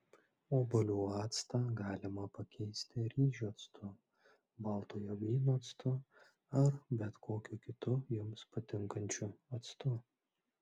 obuolių actą galima pakeisti ryžių actu baltojo vyno actu ar bet kokiu kitu jums patinkančiu actu